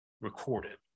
recorded